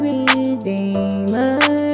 Redeemer